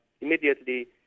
immediately